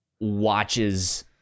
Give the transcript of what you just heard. watches